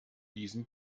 diesen